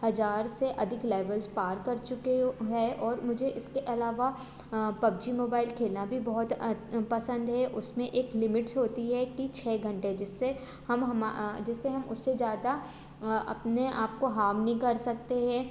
हजार से अधिक लेवल्स पार कर चुके हो हैं और मुझे इसके अलावा पबजी मोबाइल खेलना भी बहुत पसंद है उस में एक लिमिट्स होती है कि छ घंटे जिससे हम हमा जिससे हम उससे ज़्यादा अपने आप को हाम नहीं कर सकते हैं